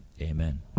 Amen